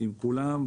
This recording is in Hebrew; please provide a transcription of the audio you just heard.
עם כולם,